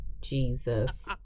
Jesus